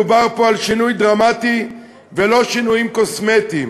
מדובר פה על שינוי דרמטי ולא על שינויים קוסמטיים.